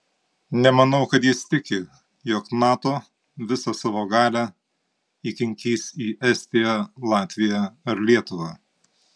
nemanau kad jis tiki jog nato visą savo galią įkinkys į estiją latviją ar lietuvą